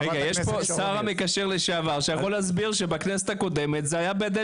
שר מקשר לשעבר שיכול להסביר שבכנסת הקודמת זה היה בידיים